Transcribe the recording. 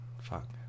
Fuck